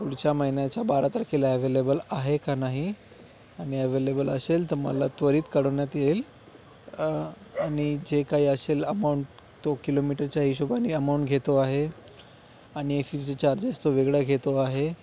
पुढच्या महिन्याच्या बारा तारखेला अॅव्हेलेबल आहे का नाही आणि अॅव्हेलेबल असेल तर मला त्वरित कडवन्यात येईल आणि जे काय असेल अमाऊंट तो किलोमीटरच्या हिशोबानी अमाऊंट घेतो आहे आणि ए सीचे चार्जेस तो वेगळ्या घेतो आहे